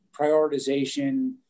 prioritization